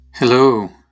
Hello